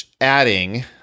adding